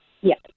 Yes